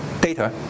data